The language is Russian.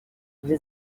для